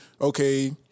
okay